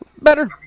Better